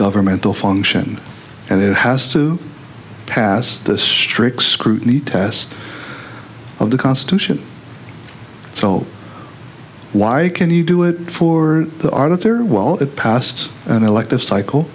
governmental function and it has to pass the strict scrutiny test of the constitution so why can you do it for the author well it passed an elective cycle